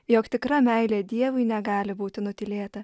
jog tikra meilė dievui negali būti nutylėta